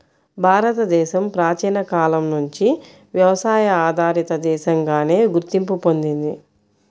భారతదేశం ప్రాచీన కాలం నుంచి వ్యవసాయ ఆధారిత దేశంగానే గుర్తింపు పొందింది